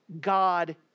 God